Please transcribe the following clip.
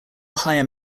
higher